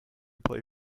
play